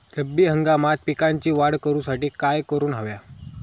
रब्बी हंगामात पिकांची वाढ करूसाठी काय करून हव्या?